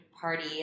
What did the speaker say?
party